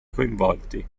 coinvolti